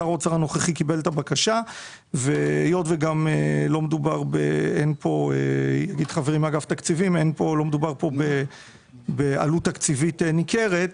שר האוצר הנוכחי קיבל את הבקשה והיות לא מדובר כאן בעלות תקציבית ניכרת,